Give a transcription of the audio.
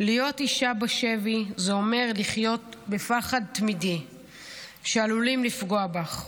להיות אישה בשבי זה אומר לחיות בפחד תמידי שעלולים לפגוע בך,